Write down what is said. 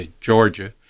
Georgia